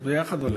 זה הולך יחד.